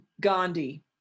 Gandhi